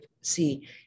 see